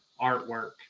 artwork